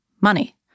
money